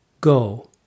Go